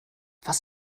was